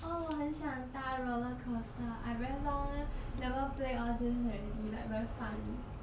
orh 我很想搭 roller coaster I very long never play all these already like very fun